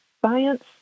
Science